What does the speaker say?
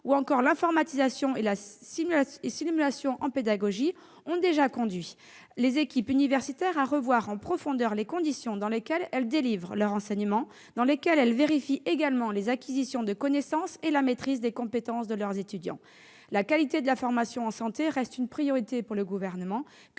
l'informatisation et la simulation en pédagogie ont déjà conduit les équipes universitaires à revoir en profondeur les conditions dans lesquelles elles délivrent leurs enseignements et vérifient les acquisitions de connaissances et la maîtrise de compétences de leurs étudiants. La qualité de la formation en santé reste une priorité pour le Gouvernement,